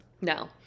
No